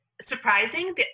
surprising